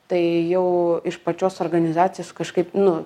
tai jau iš pačios organizacijos kažkaip nu